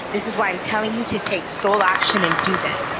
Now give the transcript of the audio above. this is why i am telling you to take sole action and do this.